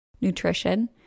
nutrition